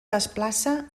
desplaça